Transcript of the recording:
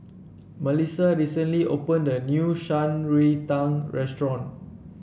Malissa recently opened a new Shan Rui Tang Restaurant